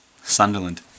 sunderland